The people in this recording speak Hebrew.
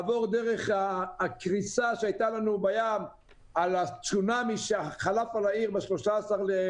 עבור דרך הקריסה שהיתה לנו בים והצונמי שחלף על העיר ב-13.3.